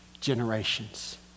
generations